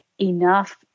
enough